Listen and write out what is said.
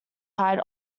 hired